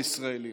הישראלים.